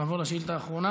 נעבור לשאילתה האחרונה